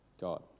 God